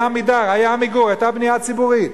היה "עמידר", היה "עמיגור", היתה בנייה ציבורית.